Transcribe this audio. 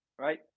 right